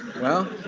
well,